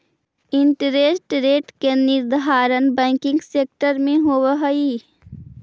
interest rate के निर्धारण banking sector में होवऽ हई